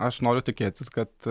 aš noriu tikėtis kad